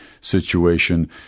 situation